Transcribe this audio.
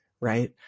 right